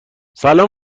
سلام